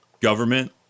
government